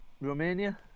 Romania